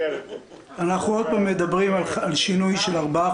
אנחנו עוד פעם מדברים על שינוי של ארבעה